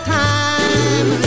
time